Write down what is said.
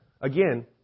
again